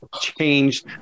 change